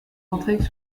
entraigues